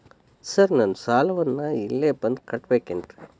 Sir ನಾನು ಸಾಲವನ್ನು ಇಲ್ಲೇ ಬಂದು ಕಟ್ಟಬೇಕೇನ್ರಿ?